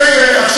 ספר.